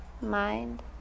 mind